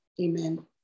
Amen